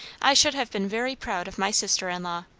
i should have been very proud of my sister-in-law.